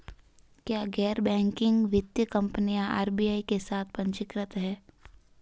क्या गैर बैंकिंग वित्तीय कंपनियां आर.बी.आई के साथ पंजीकृत हैं?